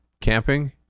Camping